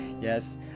yes